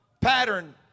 pattern